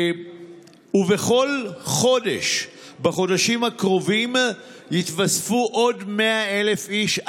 בכל חודש בחודשים הקרובים יתווספו עוד 100,000 איש,